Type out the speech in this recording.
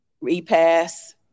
repass